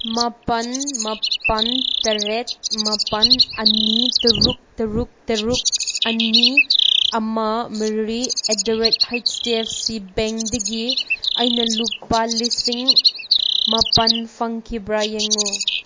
ꯃꯥꯄꯟ ꯃꯥꯄꯟ ꯇꯔꯦꯠ ꯃꯥꯄꯟ ꯑꯅꯤ ꯇꯔꯨꯛ ꯇꯔꯨꯛ ꯇꯔꯨꯛ ꯑꯅꯤ ꯑꯃ ꯃꯔꯤ at the rate H D F C ꯕꯦꯡꯗꯒꯤ ꯑꯩꯅ ꯂꯨꯄꯥ ꯂꯤꯁꯤꯡ ꯃꯥꯄꯟ ꯐꯪꯈꯤꯕ꯭ꯔꯥ ꯌꯦꯡꯉꯨ